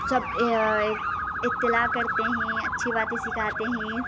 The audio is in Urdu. سب اطلاع کرتے ہیں اچھی باتیں سکھاتے ہیں